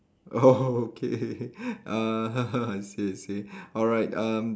oh okay uh I see I see alright um